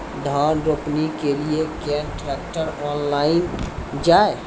धान रोपनी के लिए केन ट्रैक्टर ऑनलाइन जाए?